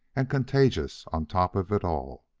and contagious on top of it all.